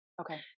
Okay